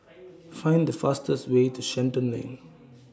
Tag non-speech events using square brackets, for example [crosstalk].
[noise] Find The fastest Way to Shenton Lane